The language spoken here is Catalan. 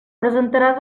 presentarà